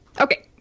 Okay